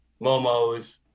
Momos